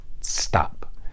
Stop